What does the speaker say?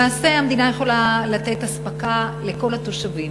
למעשה, המדינה יכולה לתת אספקה לכל התושבים.